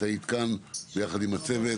את היית כאן יחד עם הצוות